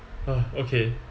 uh okay